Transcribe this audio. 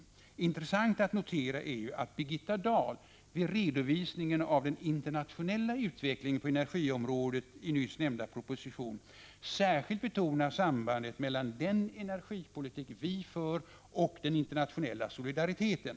Det är intressant att notera att Birgitta Dahl vid redovisningen av den internationella utvecklingen på energiområdet i nyss nämnda proposition särskilt betonar sambandet mellan den energipolitik vi för och den internationella solidariteten.